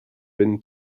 been